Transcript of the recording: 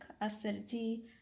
acidity